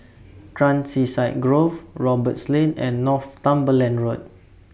Countryside Grove Roberts Lane and Northumberland Road